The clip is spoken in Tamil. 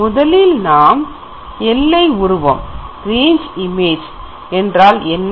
முதலில் நாம் எல்லை உருவம் என்றால் என்ன